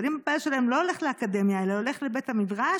אבל אם הבעל שלהן לא הולך לאקדמיה אלא הולך לבית המדרש,